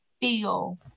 feel